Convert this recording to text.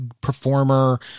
Performer